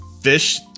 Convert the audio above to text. Fish